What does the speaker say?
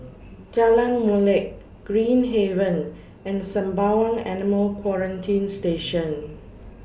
Jalan Molek Green Haven and Sembawang Animal Quarantine Station